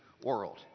world